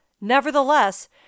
Nevertheless